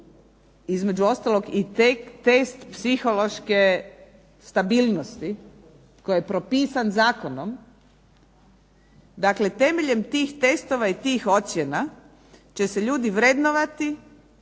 između ostaloga i test psihološke stabilnosti koji je propisan Zakonom, dakle temeljem tih testova i tih ocjena će se ljudi vrednovati